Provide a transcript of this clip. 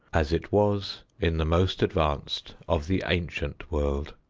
as it was in the most advanced of the ancient world.